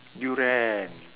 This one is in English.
durian